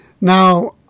Now